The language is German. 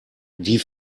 die